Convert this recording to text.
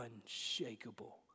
unshakable